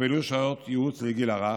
הוכפלו שעות ייעוץ לגיל הרך,